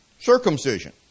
Circumcision